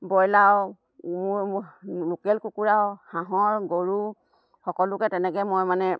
ব্ৰইলাৰো মোৰ লোকেল কুকুৰাও হাঁহৰ গৰু সকলোকে তেনেকৈ মই মানে